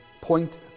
point